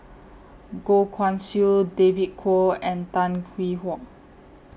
Goh Guan Siew David Kwo and Tan Hwee Hock